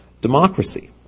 democracy